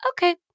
okay